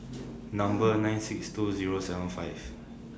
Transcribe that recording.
Number nine six two Zero seven five